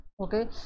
Okay